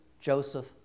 Joseph